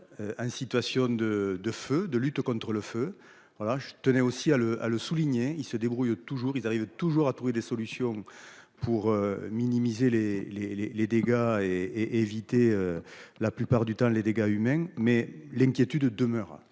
Situation de de feu de lutte contre le feu. Voilà je tenais aussi à le à le souligner, il se débrouille toujours, ils arrivent toujours à trouver des solutions pour minimiser les les les les dégâts et évité la plupart du temps les dégâts humains, mais l'inquiétude demeure.